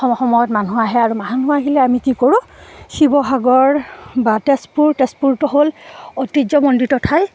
সম সময়ত মানুহ আহে আৰু মানুহ আহিলে আমি কি কৰোঁ শিৱসাগৰ বা তেজপুৰ তেজপুৰটো হ'ল ঐতিহ্যমণ্ডিত ঠাই